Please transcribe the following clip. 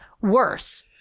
worse